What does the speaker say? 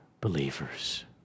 believers